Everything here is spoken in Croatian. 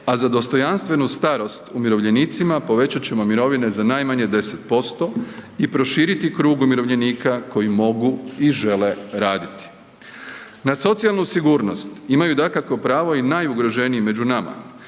a za dostojanstvenu starost umirovljenicima povećat ćemo mirovine za najmanje 10% i proširiti krug umirovljenika koji mogu i žele raditi. Na socijalnu sigurnost imaju dakako pravo i najugroženiji među nama